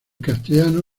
castellano